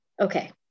Okay